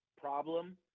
problem